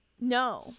no